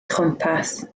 chwmpas